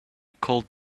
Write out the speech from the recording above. called